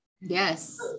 yes